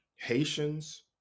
Haitians